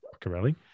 Corelli